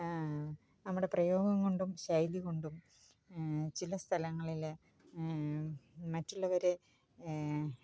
നമ്മുടെ പ്രയോഗം കൊണ്ടും ശൈലി കൊണ്ടും ചില സ്ഥലങ്ങളിൽ മറ്റുള്ളവരെ